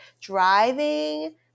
driving